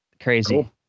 Crazy